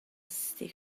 stick